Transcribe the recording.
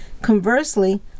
Conversely